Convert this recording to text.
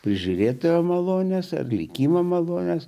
prižiūrėtojų malonės ar likimo malonės